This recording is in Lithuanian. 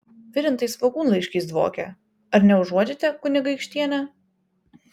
virintais svogūnlaiškiais dvokia ar neužuodžiate kunigaikštiene